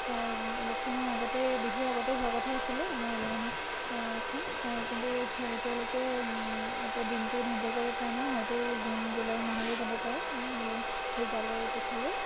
আৰু ইলেকশ্যনৰ আগতেই বিহুৰ আগতেই হোৱাৰ কথা আছিলে আমাৰ এলুমিনি এখন কিন্তু এতিয়ালৈকে এতিয়া দিনটো ধৰ্য কৰিবপৰা নাই হয়তো জুন জুলাই মাহলৈ যাব পাৰে ৰিজাল্টৰ পিছলৈ